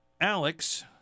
Alex